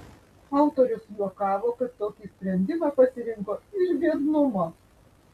autorius juokavo kad tokį sprendimą pasirinko iš biednumo